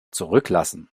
zurücklassen